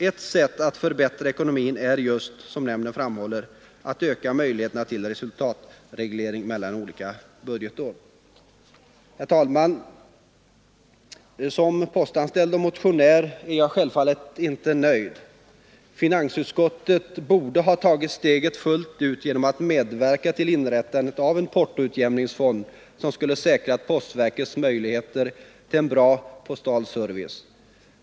Ett sätt att förbättra ekonomin är just, som nämnden framhåller, att öka möjligheterna till resultatreglering mellan olika budgetår. Herr talman! Såsom postanställd och motionär är jag självfallet inte nöjd. Finansutskottet borde ha tagit steget fullt ut genom att medverka till inrättande av en portoutjämningsfond, som skulle ha säkrat postverkets möjligheter till bra postal service.